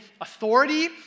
authority